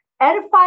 edify